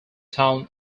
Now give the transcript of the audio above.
town